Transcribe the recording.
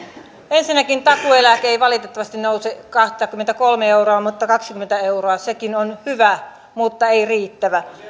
ensinnäkin takuu eläke ei valitettavasti nouse kaksikymmentäkolme euroa vaan kaksikymmentä euroa sekin on hyvä mutta ei riittävä